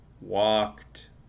walked